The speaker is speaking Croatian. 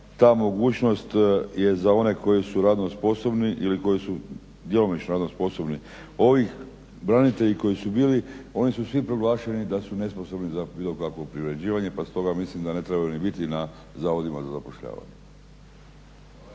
ta mogućno za one koji su radno sposobni ili koji su djelomično radno sposobni. Ovi branitelji koji su bili oni su svi proglašeni da su nesposobni za bilo kakvo privređivanje pa stoga mislim da ni ne trebaju biti na Zavodima za zapošljavanje.